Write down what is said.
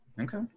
Okay